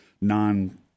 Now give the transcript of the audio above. non